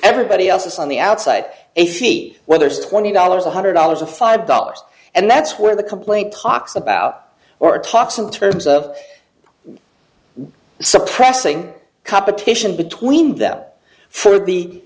everybody else on the outside if he whether it's twenty dollars one hundred dollars or five dollars and that's where the complaint talks about or talks in terms of suppressing competition between them for the